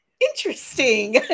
interesting